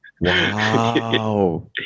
Wow